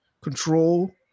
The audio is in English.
control